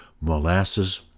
Molasses